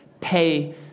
pay